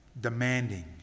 Demanding